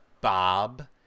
Bob